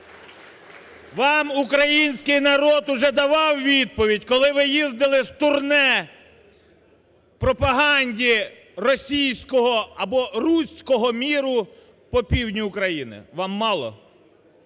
Вам український народ уже давав відповідь, коли ви їздили в турне пропаганди російського або "русского миру" по півдню України. Вам мало?